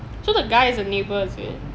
so the guy is a neighbour is it